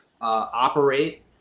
operate